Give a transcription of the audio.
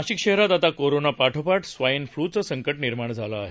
नाशिक शहरात आता कोरोना पाठोपाठ स्वाईन फ्ल्यूचे संकट निर्माण झालं आहे